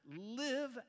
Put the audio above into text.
live